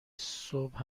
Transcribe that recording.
صبح